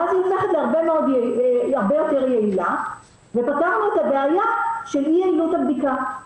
ואז היא הופכת להרבה יותר יעילה ופתרנו את הבעיה של אי יעילות הבדיקה.